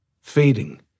fading